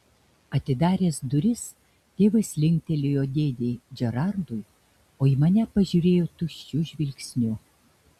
atidaręs duris tėvas linktelėjo dėdei džerardui o į mane pažiūrėjo tuščiu žvilgsniu